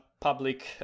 public